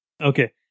Okay